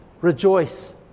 Rejoice